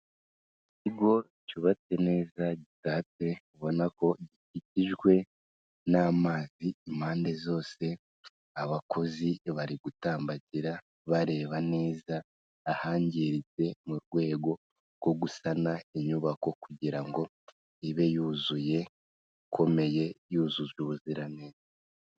Ikigo cyubatse neza gitatse ubona ko gikikijwe n'amazi impande zose, abakozi bari gutambagira bareba neza ahangiritse mu rwego rwo gusana inyubako, kugira ngo ibe yuzuye ikomeye yujuje ubuziranenge.